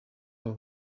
abo